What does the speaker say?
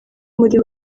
muri